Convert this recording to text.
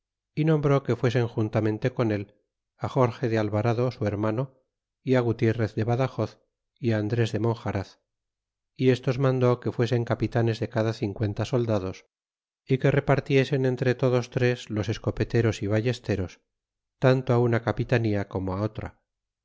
y nombró que fuesen juntamente con él jorge de alvarado su hermano y gutierrez de badajoz y andres de monjaraz y estos mandó que fuesen capitanes de cada cmcuenta soldados y que repartiesen entre todos tres los escopeteros y ballesteros tanto una capitanía como otra